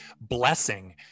blessing